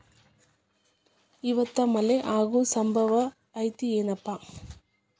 ಇವತ್ತ ಮಳೆ ಆಗು ಸಂಭವ ಐತಿ ಏನಪಾ?